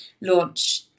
launch